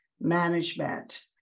management